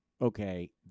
okay